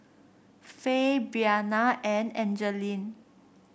Fay Breana and Angeline